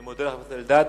אני מודה לחבר הכנסת אלדד.